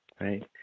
right